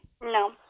no